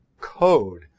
code